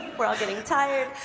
we're all getting tired.